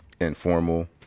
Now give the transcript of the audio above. informal